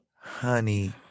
Honey